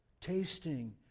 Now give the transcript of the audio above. Tasting